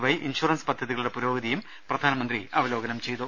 Y insurance പദ്ധതികളുടെ പുരോഗതിയും പ്രധാ നമന്ത്രി അവലോകനം ചെയ്തു